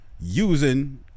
using